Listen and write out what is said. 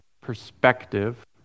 perspective